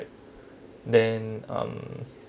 then um